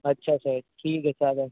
अच्छा सर ठीक आहे चालेल